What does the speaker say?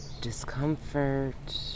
discomfort